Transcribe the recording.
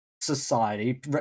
Society